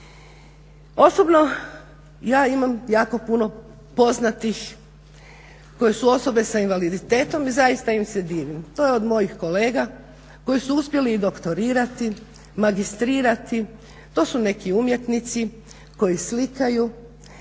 Osobno ja imam jako puno poznatih koje su osobe s invaliditetom i zaista im se divim. To je od mojih kolega koji su uspjeli i doktorirati, magistrirati, to su neki umjetnici koji slikaju,